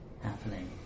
happening